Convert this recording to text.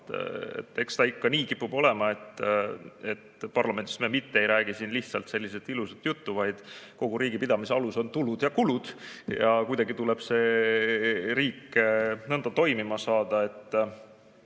Eks ta ikka nii kipub olema, et parlamendis me mitte ei räägi siin lihtsalt ilusat juttu, kogu riigipidamise alus on tulud ja kulud. Kuidagi tuleb riik nõnda toimima saada,